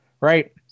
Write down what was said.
Right